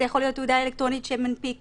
זו יכולה להיות תעודה אלקטרונית שמנפיק